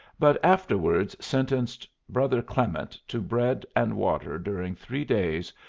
but afterwards sentenced brother clement to bread and water during three days,